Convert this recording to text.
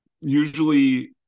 usually